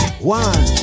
one